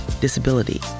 Disability